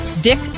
Dick